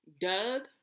Doug